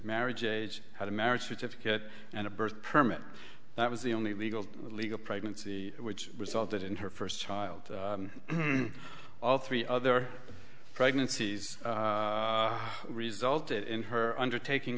marriage age had a marriage certificate and a birth permit that was the only legal legal pregnancy which resulted in her first child all three other pregnancies resulted in her undertaking